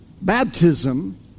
baptism